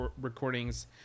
recordings